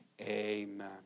Amen